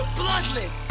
bloodless